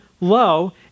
low